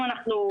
היום אנחנו,